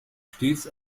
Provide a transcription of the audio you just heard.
stets